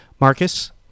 Marcus